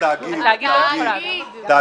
הרשות המקומית, לא